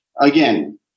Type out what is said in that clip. again